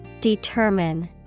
Determine